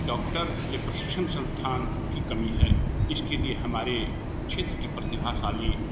doctor के प्रशिक्षण संस्थान की कमी है इसके लिए हमारे क्षेत्र के प्रतिभाशाली